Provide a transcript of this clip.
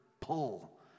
pull